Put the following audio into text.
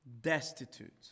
destitute